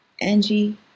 Angie